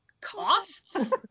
costs